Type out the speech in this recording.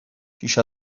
پیش